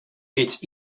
its